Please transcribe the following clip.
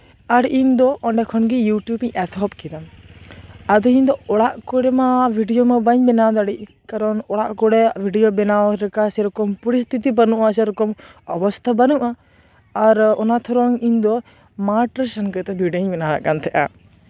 ᱟᱨ ᱤᱧ ᱫᱚ ᱚᱸᱰᱮ ᱠᱷᱚᱱᱜᱮ ᱤᱭᱩᱴᱩᱵᱽ ᱤᱧ ᱮᱛᱚᱦᱚᱵ ᱠᱮᱫᱟ ᱟᱫᱚ ᱤᱧ ᱫᱚ ᱚᱲᱟᱜ ᱠᱚᱨᱮ ᱢᱟ ᱵᱷᱤᱰᱭᱳ ᱢᱟ ᱵᱟᱹᱧ ᱵᱮᱱᱟᱣ ᱫᱟᱲᱮᱜ ᱠᱟᱨᱚᱱ ᱚᱲᱟᱜ ᱠᱚᱨᱮ ᱵᱷᱤᱰᱤᱭᱳ ᱵᱮᱱᱟᱣ ᱞᱮᱠᱟ ᱥᱮᱨᱚᱠᱚᱢ ᱯᱨᱤᱥᱛᱷᱤᱛᱤ ᱵᱟᱹᱱᱩᱜᱼᱟ ᱥᱮᱨᱚᱠᱚᱢ ᱚᱵᱚᱥᱛᱷᱟ ᱵᱟᱹᱱᱩᱜᱼᱟ ᱟᱨ ᱚᱱᱟ ᱛᱷᱮᱨᱚᱝ ᱤᱧ ᱫᱚ ᱢᱟᱴᱷᱨᱮ ᱥᱮᱱ ᱠᱟᱛᱮᱫ ᱵᱷᱤᱰᱤᱭᱳᱧ ᱵᱮᱱᱟᱣᱟᱭᱮᱫ ᱠᱟᱱ ᱛᱟᱦᱮᱸᱫᱼᱟ